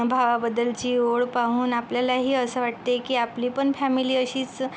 भावाबद्दलची ओढ पाहून आपल्यालाही असं वाटते की आपली पण फॅमिली अशीच